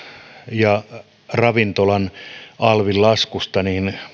ja ravintolan alvin laskusta